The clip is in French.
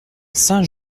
saint